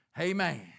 Amen